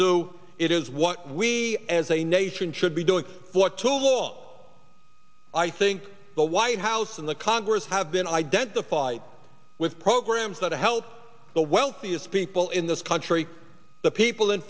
do it is what we as a nation should be doing what to wall i think the white house and the congress have been identified with programs that help the wealthiest people in this country the people in